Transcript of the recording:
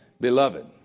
beloved